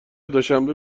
دوشنبه